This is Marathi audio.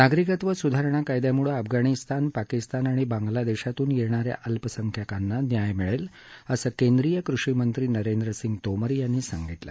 नागरिकत्व सुधारणा कायद्यामुळे अफगाणिस्तान पाकिस्तान आणि बांग्लादेशातून येणाऱ्या अल्पसंख्याकांना न्याय मिळेल असं केंद्रीय कृषीमंत्री नरेंद्र सिंग तोमर यांनी सांगितलं